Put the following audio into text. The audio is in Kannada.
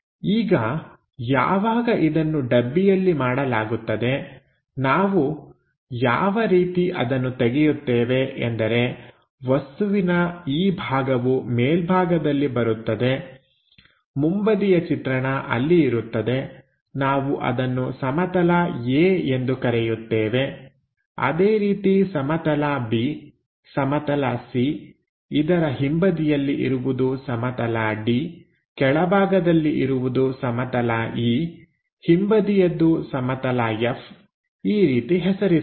ಈಗ ಯಾವಾಗ ಇದನ್ನು ಡಬ್ಬಿಯಲ್ಲಿ ಮಾಡಲಾಗುತ್ತದೆ ನಾವು ಯಾವ ರೀತಿ ಅದನ್ನು ತೆಗೆಯುತ್ತೇವೆ ಎಂದರೆ ವಸ್ತುವಿನ ಈ ಭಾಗವು ಮೇಲ್ಭಾಗದಲ್ಲಿ ಬರುತ್ತದೆ ಮುಂಬದಿಯ ಚಿತ್ರಣ ಅಲ್ಲಿ ಇರುತ್ತದೆ ನಾವು ಅದನ್ನು ಸಮತಲ A ಎಂದು ಕರೆಯುತ್ತೇವೆ ಅದೇ ರೀತಿ ಸಮತಲ B ಸಮತಲ C ಇದರ ಹಿಂಬದಿಯಲ್ಲಿ ಇರುವುದು ಸಮತಲ D ಕೆಳಭಾಗದಲ್ಲಿ ಇರುವುದು ಸಮತಲ E ಹಿಂಬದಿಯದು ಸಮತಲ F ಈ ರೀತಿ ಹೆಸರಿಸೋಣ